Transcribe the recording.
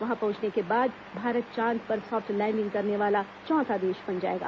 वहां पहुंचने को बाद भारत चांद पर सॉफ्ट लैंडिंग करने वाला चौथा देश बन जाएगा